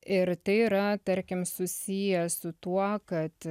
ir tai yra tarkim susiję su tuo kad